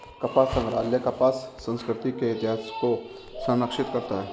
कपास संग्रहालय कपास संस्कृति के इतिहास को संरक्षित करता है